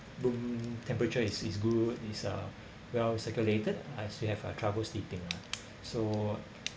room temperature is is good is uh well circulated I still have uh trouble sleeping lah so